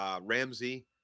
Ramsey